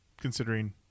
considering